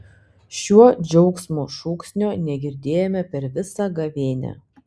šio džiaugsmo šūksnio negirdėjome per visą gavėnią